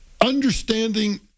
understanding